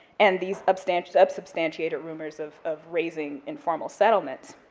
and these unsubstantiated unsubstantiated rumors of of razing informal settlements,